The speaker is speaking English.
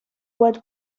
what